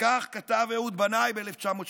וכך כתב אהוד בנאי ב-1987: